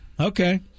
Okay